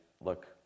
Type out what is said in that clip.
look